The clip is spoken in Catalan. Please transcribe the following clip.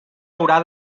haurà